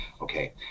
Okay